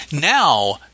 Now